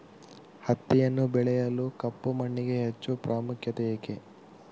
ಹತ್ತಿಯನ್ನು ಬೆಳೆಯಲು ಕಪ್ಪು ಮಣ್ಣಿಗೆ ಹೆಚ್ಚು ಪ್ರಾಮುಖ್ಯತೆ ಏಕೆ?